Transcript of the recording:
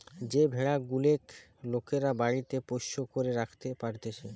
যে ভেড়া গুলেক লোকরা বাড়িতে পোষ্য করে রাখতে পারতিছে